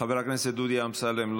חבר הכנסת דודי אמסלם,